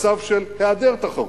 מצב של היעדר תחרות,